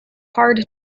hard